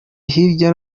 hirya